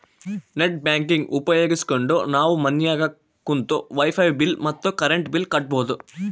net banking ಉಪಯೋಗಿಸ್ಕೆಂಡು ನಾವು ಮನ್ಯಾಗ ಕುಂತು ವೈಫೈ ಬಿಲ್ ಮತ್ತೆ ಕರೆಂಟ್ ಬಿಲ್ ಕಟ್ಬೋದು